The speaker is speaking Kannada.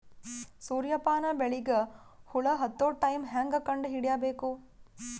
ಸೂರ್ಯ ಪಾನ ಬೆಳಿಗ ಹುಳ ಹತ್ತೊ ಟೈಮ ಹೇಂಗ ಕಂಡ ಹಿಡಿಯಬೇಕು?